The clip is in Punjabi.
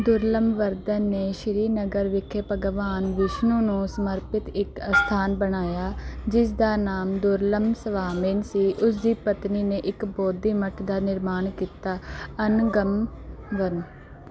ਦੁਰਲਮਵਰਧਨ ਨੇ ਸ਼੍ਰੀਨਗਰ ਵਿਖੇ ਭਗਵਾਨ ਵਿਸ਼ਨੂੰ ਨੂੰ ਸਮਰਪਿਤ ਇੱਕ ਅਸਥਾਨ ਬਣਾਇਆ ਜਿਸ ਦਾ ਨਾਮ ਦੁਰਲਮਸਵਾਮਿਨ ਸੀ ਉਸ ਦੀ ਪਤਨੀ ਨੇ ਇੱਕ ਬੋਧੀ ਮੱਠ ਦਾ ਨਿਰਮਾਣ ਕੀਤਾ ਅਨ ਗਮ ਵਨ